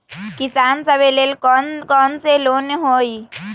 किसान सवे लेल कौन कौन से लोने हई?